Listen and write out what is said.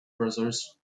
brothers